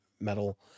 metal